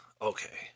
Okay